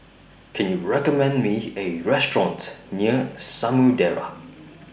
Can YOU recommend Me A Restaurant near Samudera